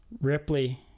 Ripley